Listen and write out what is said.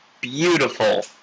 beautiful